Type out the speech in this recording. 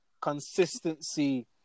consistency